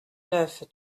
neuf